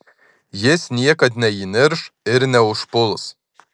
jis niekad neįnirš ir neužpuls